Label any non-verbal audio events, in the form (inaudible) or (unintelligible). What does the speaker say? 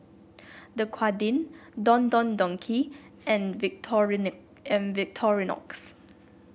Dequadin Don Don Donki and (unintelligible) and Victorinox